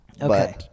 Okay